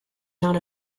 not